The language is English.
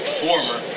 former